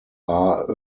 are